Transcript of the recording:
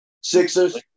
Sixers